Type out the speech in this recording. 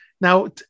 Now